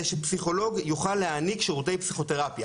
שפסיכולוג יוכל להעניק שירותי פסיכותרפיה